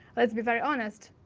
let's be very honest,